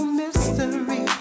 mystery